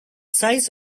size